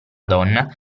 donna